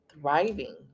thriving